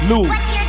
Lose